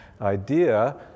idea